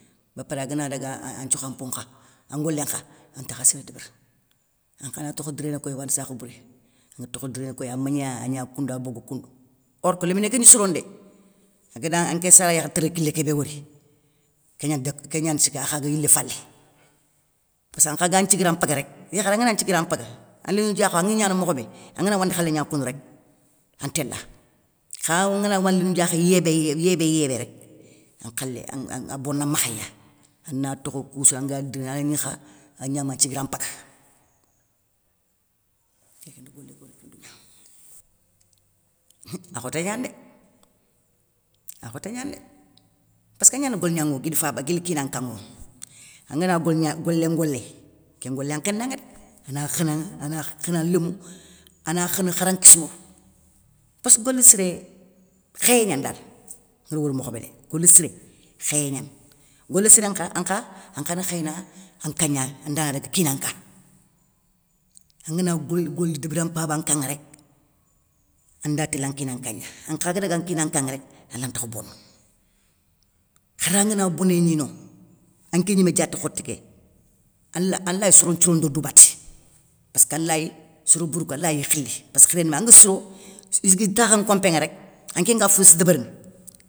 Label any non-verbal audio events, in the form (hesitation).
Ba paré agana daga an nthiokha mpo nkha, an ngolé nkha, antakha siré débérini, ankhana tokho diréné koy wande sakha bouré an tokhono diréné koye amagna agna koundou, abogou koundou, or keu léminé kégni sirone dé, agada anké sara yakharé téré kilé kébé wori, kégnani dék kégna nthigui akhaga yilé falé, passk an nkha ga siguira mpaga rek, yakharé angana nthiguira mpaga, a lindou diakho angui gnana mokhobé. angana wande khalé gna koundou, rek an téla kha ongana wandoou ndiakhé iyébé iyébé iyébé iyébé rek, an nkhalé an (hesitation) a bona makhaya ana tokho koussounou, anga diréné anagni kha, agnama nthiguira mpaga. Nké ké ndi golé ké wori koundougna. Hummmm akhoté gnani dé, akhoté gnani dé, passka agnani golignaŋa wo guili faba, guili kinkaŋa wo, angana goligna, golén ngolé, kén ngolé ya khénaŋa dé, ana khénaŋa ana khénaŋa lémou, ana khénou khara nkissimérou, passkeu goli siré khéyé gnane dal, ngari wori mokho bédé, goli siré khéyé gnani, goli siré nkha, ankha ankhana khéyéna an nka gna anda na daga kina nka. Angana goli goli débéra mpaba nka ŋa rek, anda télé nkina nka ŋa gna, ankha ga daga nkina nka ŋa rek, alantakha bono, khara ngana bonéyé gni no, anké gnimé diate khoté ké, ala alay soro nthirono do dou baté, passka lay soro bouroukou alay khili, passkeu séré ŋa anga siro, itakhan nkompé nŋa rek, anké nga fofossou débérini.